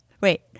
Wait